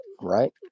right